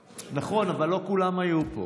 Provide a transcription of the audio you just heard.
נכון, אבל לא כולם היו פה,